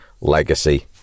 Legacy